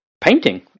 painting